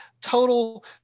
total